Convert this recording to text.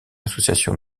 association